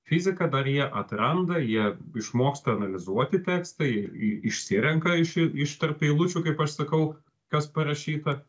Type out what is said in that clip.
fiziką dar jie atranda jie išmoksta analizuoti tekstą į į išsirenka iš iš tarp eilučių kaip aš sakau kas parašyta